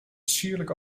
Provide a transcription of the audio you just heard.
sierlijk